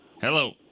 Hello